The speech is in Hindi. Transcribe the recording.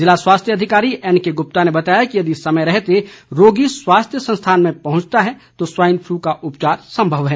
ज़िला स्वास्थ्य अधिकारी एनके गुप्ता ने बताया कि यदि समय रहते रोगी स्वास्थ्य संस्थान में पहुंचता है तो स्वाइन फ्लू का उपचार संभव है